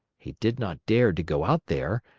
he did not dare to go out there,